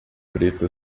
preta